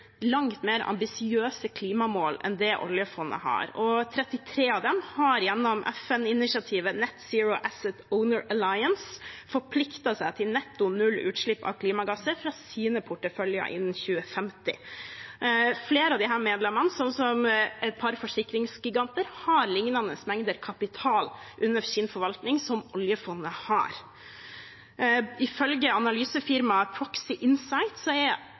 langt mer ambisiøse klimamål enn det oljefondet har, og 33 av dem har gjennom FN-initiativet Net Zero Asset Owner Alliance forpliktet seg til netto nullutslipp av klimagasser fra sine porteføljer innen 2050. Flere av disse medlemmene, som et par forsikringsgiganter, har lignende mengder kapital under sin forvaltning som oljefondet har. Ifølge analysefirmaet Proxy Insight er